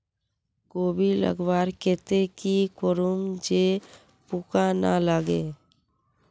कोबी लगवार केते की करूम जे पूका ना लागे?